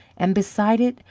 and beside it,